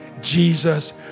Jesus